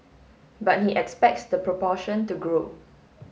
but he expects the proportion to grow